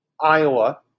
iowa